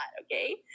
okay